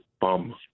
bum